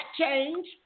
change